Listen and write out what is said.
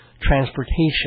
transportation